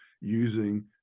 using